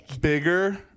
bigger